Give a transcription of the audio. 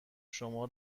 شما